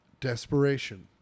Desperation